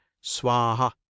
swaha